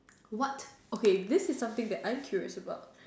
what okay this is something that I am curious about